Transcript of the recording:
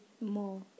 more